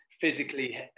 physically